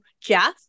Jeff